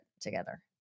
together